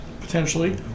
potentially